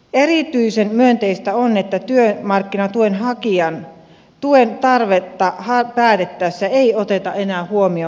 erityisen myönteistä on että työmarkkinatuen hakijan tuen tarvetta päätettäessä ei oteta enää huomioon puolison tuloa